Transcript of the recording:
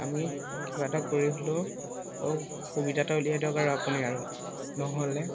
আমি কিবা এটা কৰি হ'লেও সুবিধা এটা উলিয়াই দিয়ক আৰু আপুনি আৰু নহ'লে